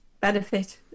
benefit